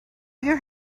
your